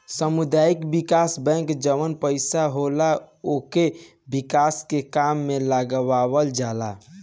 सामुदायिक विकास बैंक जवन पईसा होला उके विकास के काम में लगावल जाला